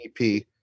EP